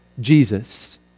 Jesus